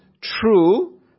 true